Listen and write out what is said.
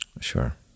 Sure